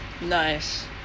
Nice